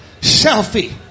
selfie